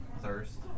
thirst